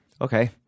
Okay